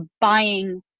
buying